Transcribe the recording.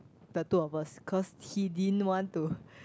the two of us because he didn't want to